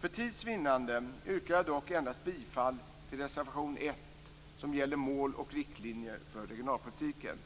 För tids vinnande yrkar jag dock endast bifall till reservation 1 som gäller mål och riktlinjer för regionalpolitiken.